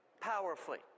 powerfully